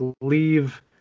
leave